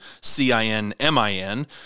C-I-N-M-I-N